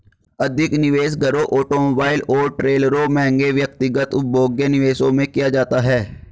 अधिक निवेश घरों ऑटोमोबाइल और ट्रेलरों महंगे व्यक्तिगत उपभोग्य निवेशों में किया जाता है